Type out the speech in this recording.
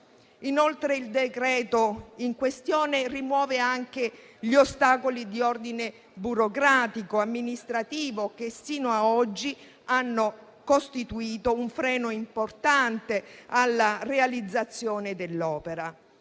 Inoltre, il decreto in questione rimuove anche gli ostacoli di ordine burocratico ed amministrativo che, fino a oggi, hanno costituito un freno importante alla realizzazione dell'opera.